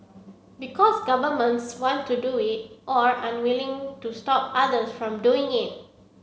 because governments want to do it or are unwilling to stop others from doing it